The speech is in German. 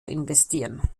investieren